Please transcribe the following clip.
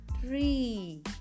three